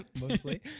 mostly